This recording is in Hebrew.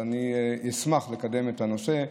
אשמח לקדם את הנושא,